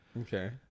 Okay